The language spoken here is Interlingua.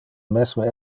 mesme